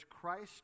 Christ